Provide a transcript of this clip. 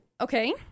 Okay